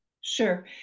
Sure